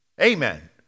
Amen